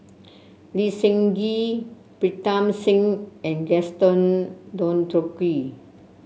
Lee Seng Gee Pritam Singh and Gaston Dutronquoy